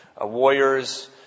warriors